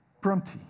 Bronte